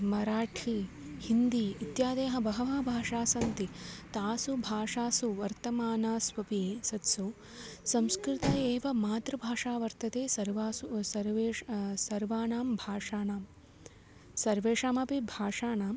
मराठी हिन्दी इत्यादयः बहवः भाषास्सन्ति तासु भाषासु वर्तमानास्वपि सत्सु संस्कृतम् एव मातृभाषा वर्तते सर्वासु सर्वेश् सर्वानां भाषाणां सर्वेषामपि भाषाणाम्